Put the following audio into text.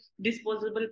disposable